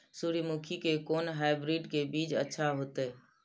सूर्यमुखी के कोन हाइब्रिड के बीज अच्छा होते?